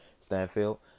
Stanfield